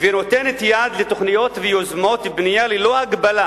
ונותנת יד לתוכניות ויוזמות בנייה ללא הגבלה,